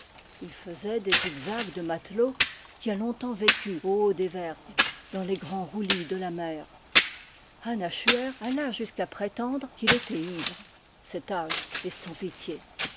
il faisait des zigzags de matelot qui a longtemps vécu au haut des vergues dans les grands roulis de la mer ann achuër alla jusqu'à prétendre qu'il était ivre cet âge est sans pitié